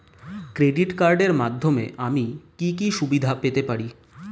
Credit কার্ডের মাধ্যমে আমি কি কি সুবিধা পেতে পারি?